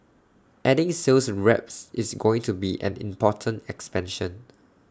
adding sales reps is going to be an important expansion